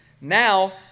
Now